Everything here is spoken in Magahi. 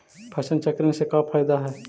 फसल चक्रण से का फ़ायदा हई?